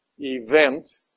event